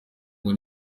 ngo